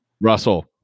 Russell